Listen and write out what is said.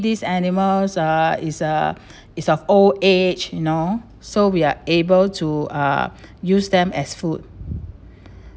these animals uh is uh is of old age you know so we are able to uh use them as food